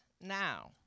now